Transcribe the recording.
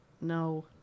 No